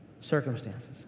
circumstances